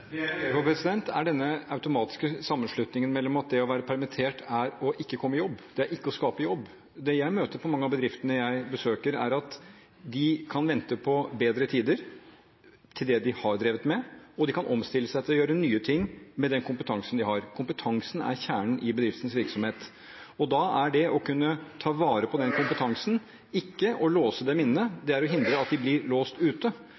jeg reagerer på, er denne automatiske sammenslutningen mellom at det å være permittert er ikke å komme i jobb, det er ikke å skape jobb. Det jeg møter i mange av bedriftene jeg besøker, er at de kan vente på bedre tider for det de har drevet med, og de kan omstille seg til å gjøre nye ting med den kompetansen de har. Kompetansen er kjernen i bedriftens virksomhet, og da er det å kunne ta vare på den kompetansen ikke å låse dem inne, det er å hindre at de blir låst ute,